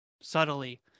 subtly